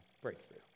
breakthrough